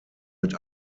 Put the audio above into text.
mit